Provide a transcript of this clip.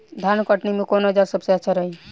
धान कटनी मे कौन औज़ार सबसे अच्छा रही?